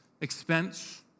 expense